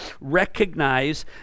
recognize